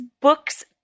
books